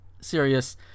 serious